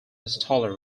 installer